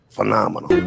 Phenomenal